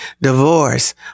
divorce